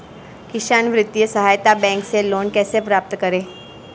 किसान वित्तीय सहायता बैंक से लोंन कैसे प्राप्त करते हैं?